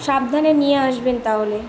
সাবধানে নিয়ে আসবেন তাওলে